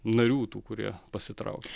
narių tų kurie pasitraukė